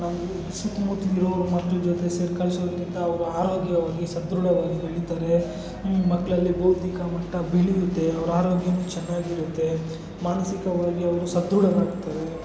ಸುತ್ತ ಮುತ್ತಲಿರೋ ಮಕ್ಕಳ ಜೊತೆ ಅವರ ಆರೋಗ್ಯವಾಗಿ ಸಧೃಡವಾಗಿ ಬೆಳೀತಾರೆ ಮಕ್ಕಳಲ್ಲಿ ಭೌತಿಕ ಮಟ್ಟ ಬೆಳಿಯುತ್ತೆ ಅವರ ಆರೋಗ್ಯವೂ ಚೆನ್ನಾಗಿರುತ್ತೆ ಮಾನಸಿಕವಾಗಿ ಅವರು ಸಧೃಡರಾಗ್ತಾರೆ